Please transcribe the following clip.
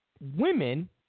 women